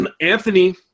Anthony